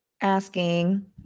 asking